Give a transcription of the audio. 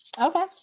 Okay